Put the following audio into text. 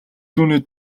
түүний